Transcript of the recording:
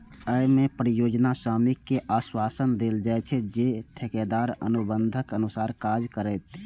अय मे परियोजना स्वामी कें आश्वासन देल जाइ छै, जे ठेकेदार अनुबंधक अनुसार काज करतै